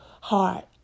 heart